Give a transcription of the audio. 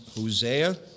Hosea